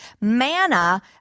Manna